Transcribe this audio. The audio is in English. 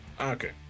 Okay